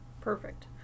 Perfect